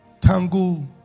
tangle